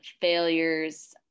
failures